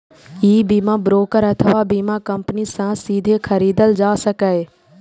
ई बीमा ब्रोकर अथवा बीमा कंपनी सं सीधे खरीदल जा सकैए